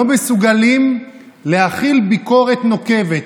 לא מסוגלים להכיל ביקורת נוקבת.